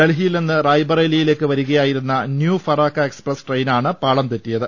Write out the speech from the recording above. ഡൽഹിയിൽ നിന്ന് റായ്ബറേലിയിലേക്ക് വരികയായിരുന്ന ന്യൂ ഫറാക്ക എക് സ്പ്രസ് ട്രെയിനാണ് പാളംതെറ്റിയത്